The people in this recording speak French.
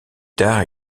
tard